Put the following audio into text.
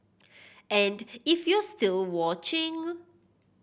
and if you're still watching